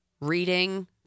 Reading